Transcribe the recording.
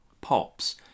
pops